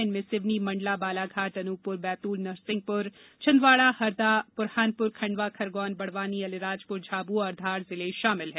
इनमें सिवनीमंडला बालाघाट अनूपपुर बैतूल नरसिंहपुर छिंदयाड़ा हरदा बुरहानपुर खंडवा खरगोन बड़वानी अलीराजपुर झाबुआ और धार जिले शामिल है